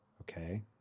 okay